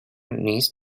niece